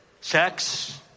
sex